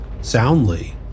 Soundly